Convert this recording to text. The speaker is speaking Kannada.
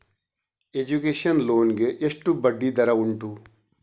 ಎಜುಕೇಶನ್ ಲೋನ್ ಗೆ ಎಷ್ಟು ಬಡ್ಡಿ ದರ ಉಂಟು?